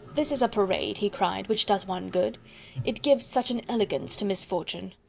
this is a parade, he cried, which does one good it gives such an elegance to misfortune!